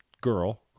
girl